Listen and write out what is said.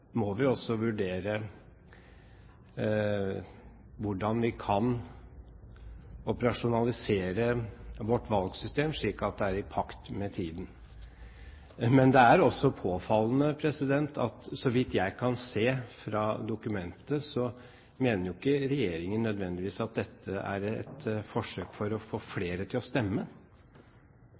i pakt med tiden. Men det er også påfallende at så vidt jeg kan se fra dokumentet, mener ikke regjeringen nødvendigvis at dette er et forsøk for å få flere til å stemme.